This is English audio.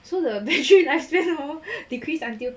so the battery lifespan hor decrease until